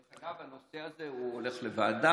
דרך אגב, הנושא הזה הולך לוועדה?